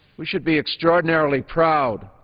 we should be extraordinarily proud